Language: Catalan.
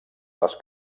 les